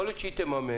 יכול להיות שהיא תממן,